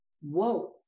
whoa